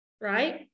right